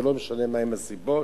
ולא משנה מהן הסיבות,